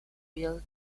real